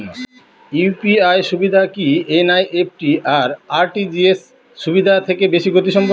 UPI সুবিধা কি NEFT আর আর.টি.জি.এস সুবিধা থেকে বেশি গতিসম্পন্ন?